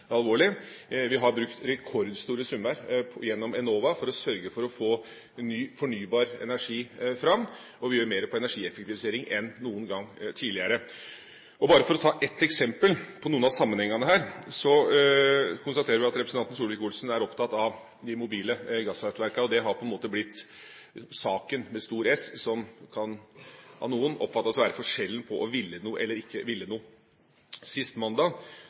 alvorlig. Vi har brukt rekordstore summer gjennom Enova for å sørge for å få ny fornybar energi fram, og vi gjør mer på energieffektivisering enn noen gang tidligere. Bare for å ta ett eksempel på noen av sammenhengene her: Vi konstaterer at representanten Solvik-Olsen er opptatt av de mobile gasskraftverkene, og det har på en måte blitt saken med stor S, som av noen kan oppfattes å være forskjellen mellom å ville noe og å ikke ville noe. Sist mandag